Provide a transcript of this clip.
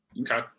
Okay